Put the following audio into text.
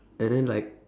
and then like